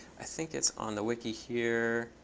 i think it's on the wiki here